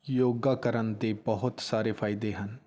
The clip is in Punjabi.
ਯੋਗਾ ਕਰਨ ਦੇ ਬਹੁਤ ਸਾਰੇ ਫ਼ਾਇਦੇ ਹਨ